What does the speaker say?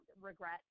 regret